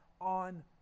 on